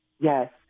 Yes